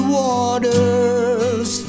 waters